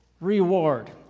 Reward